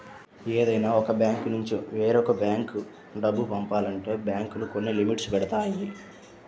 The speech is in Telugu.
ఏదైనా ఒక బ్యాంకునుంచి వేరొక బ్యేంకు డబ్బు పంపాలంటే బ్యేంకులు కొన్ని లిమిట్స్ పెడతాయి